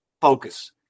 focus